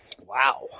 Wow